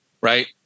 Right